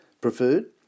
preferred